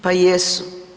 Pa jesu.